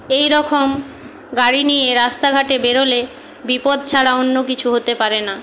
এই রকম গাড়ি নিয়ে রাস্তাঘাটে বেরোলে বিপদ ছাড়া অন্য কিছু হতে পারে না